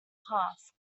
task